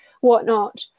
whatnot